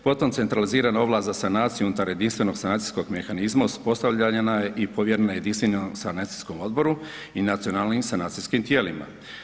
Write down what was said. Potom centralizirana ovlast za sanaciju unutar jedinstvenog sanacijskog mehanizma uspostavljena je i povjerena Jedinstvenom sanacijskom odboru i nacionalnim sanacijskim tijelima.